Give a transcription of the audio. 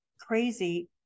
crazy